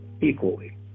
equally